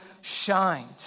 shined